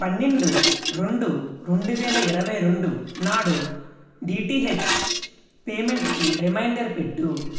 పన్నెండు రెండు రెండు వేల ఇరవై రెండు నాడు డిటిహెచ్ పేమెంటుకి రిమైండర్ పెట్టు